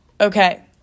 Okay